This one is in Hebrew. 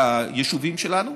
ביישובים שלנו,